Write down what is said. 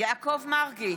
יעקב מרגי,